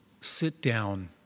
sit-down